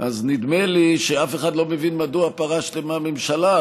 אז נדמה לי שאף אחד לא מבין מדוע פרשתם מהממשלה.